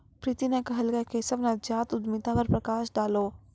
प्रीति न कहलकै केशव नवजात उद्यमिता पर प्रकाश डालौ